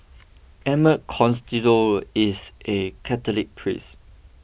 Emmett Costello is a Catholic priest